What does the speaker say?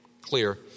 clear